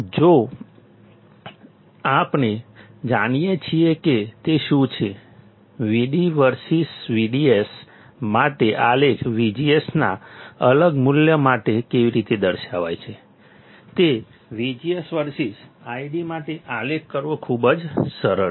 જો આપણે જાણીએ કે તે શું છે VD વર્સીસ VDS માટે આલેખ VGS ના અલગ મૂલ્ય માટે કેવી રીતે દેખાય છે તે VGS વર્સીસ ID નો આલેખ કરવો કરવું ખૂબ જ સરળ છે